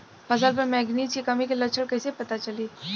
फसल पर मैगनीज के कमी के लक्षण कइसे पता चली?